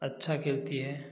अच्छा खेलती है